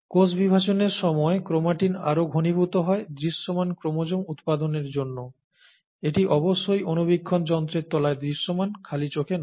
কোষ বিভাজনের সময় ক্রোমাটিন আরো ঘনীভূত হয় দৃশ্যমান ক্রোমোজোম উৎপাদনের জন্য এটি অবশ্যই অণুবীক্ষণ যন্ত্রের তলায় দৃশ্যমান খালি চোখে নয়